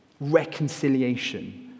reconciliation